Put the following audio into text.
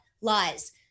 lies